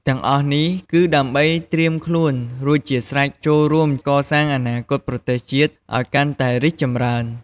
ទាំងអស់នេះ គឺដើម្បីត្រៀមខ្លួនរួចជាស្រេច ចូលរួមកសាងអនាគតប្រទេសជាតិឱ្យកាន់តែរីកចម្រើន។